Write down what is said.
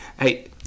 hey